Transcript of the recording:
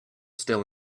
still